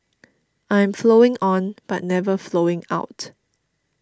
I am flowing on but never flowing out